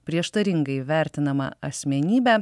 prieštaringai vertinamą asmenybę